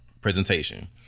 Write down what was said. presentation